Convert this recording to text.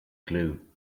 glue